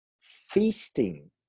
feasting